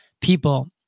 people